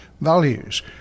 values